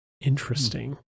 Interesting